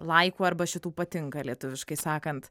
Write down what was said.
laikų arba šitų patinka lietuviškai sakant